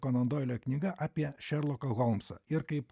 konondoilio knyga apie šerloką holmsą ir kaip